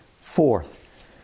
Fourth